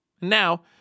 Now